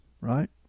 right